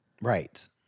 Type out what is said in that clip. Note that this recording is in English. Right